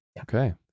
okay